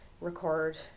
record